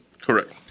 Correct